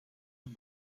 een